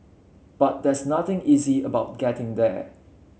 but there's nothing easy about getting there